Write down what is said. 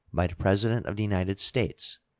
by the president of the united states,